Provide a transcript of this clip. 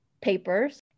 papers